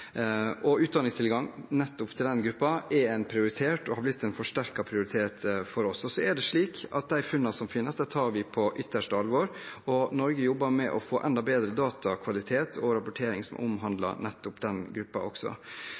Utdanningstilgang til nettopp denne gruppen er en prioritet, og har blitt en forsterket prioritet for oss. Funnene tar vi på ytterste alvor. Norge jobber også med å få enda bedre datakvalitet og rapportering som omhandler nettopp denne gruppen. Rapporten framholder også